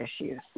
issues